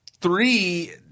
Three